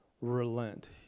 relent